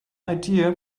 idea